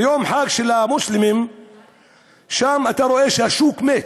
ביום חג של המוסלמים שם, אתה רואה שהשוק מת.